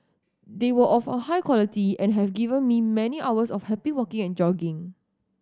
they were of a high quality and have given me many hours of happy walking and jogging